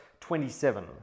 27